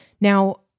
Now